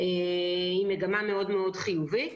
עם מגמה מאוד מאוד חיובית.